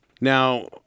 now